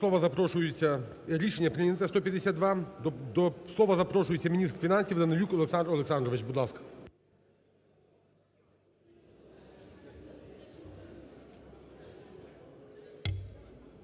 До слова запрошується… Рішення прийнято, 152. До слова запрошується міністр фінансів Данилюк Олександр Олександрович. Будь ласка.